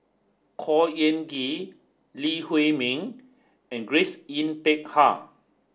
Khor Ean Ghee Lee Huei Min and Grace Yin Peck Ha